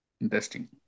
Interesting